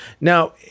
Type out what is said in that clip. Now